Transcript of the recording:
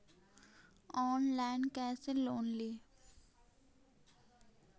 Online कैसे loan ली?